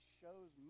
shows